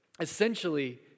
essentially